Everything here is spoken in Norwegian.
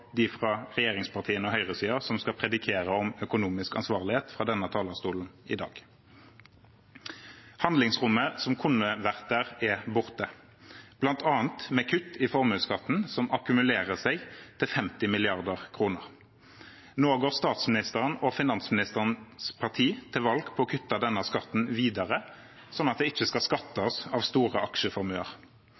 de fra regjeringspartiene og høyresiden som skal predike om økonomisk ansvarlighet fra denne talerstolen i dag. Handlingsrommet som kunne vært der, er borte, bl.a. med kutt i formuesskatten som akkumulerer seg til 50 mrd. kr. Nå går statsministeren og finansministerens parti til valg på å kutte denne skatten videre – slik at det ikke skal skattes av store aksjeformuer.